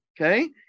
Okay